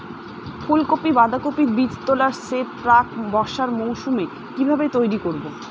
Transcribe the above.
ফুলকপি বাধাকপির বীজতলার সেট প্রাক বর্ষার মৌসুমে কিভাবে তৈরি করব?